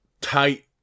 tight